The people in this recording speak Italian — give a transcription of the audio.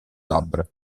labbra